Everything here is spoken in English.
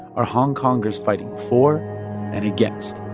are hong kongers fighting for and against?